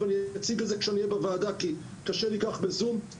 ואציג את זה כשאהיה בוועדה כי קשה לי בזום,